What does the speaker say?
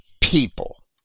people